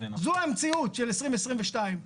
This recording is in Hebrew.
זו המציאות של 2022,